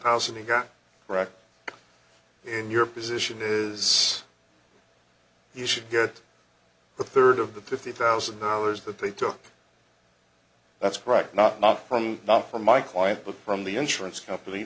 pounds and he got wrecked in your position is he should get a third of the fifty thousand dollars that they took that's right not not from not from my client but from the insurance company